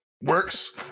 works